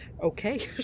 Okay